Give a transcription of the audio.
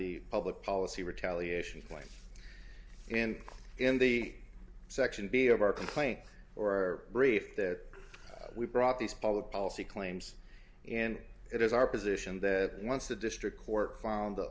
the public policy retaliation claim in in the section b of our complaint or our brief that we brought these public policy claims in it is our position that once the district court found the